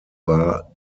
war